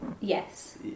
yes